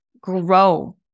grow